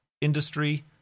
Industry